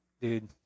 Dude